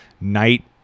night